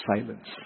silence